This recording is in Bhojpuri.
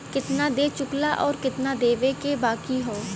केतना दे चुकला आउर केतना देवे के बाकी हौ